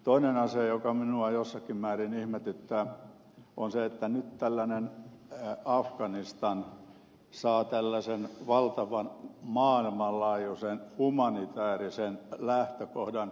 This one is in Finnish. toinen asia joka minua jossakin määrin ihmetyttää on se että nyt tällainen afganistan saa tällaisen valtavan maailmanlaajuisen humanitäärisen lähtökohdan